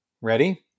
ready